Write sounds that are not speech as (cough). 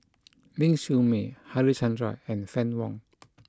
(noise) Ling Siew May Harichandra and Fann Wong